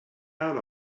out